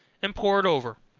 and pour it over,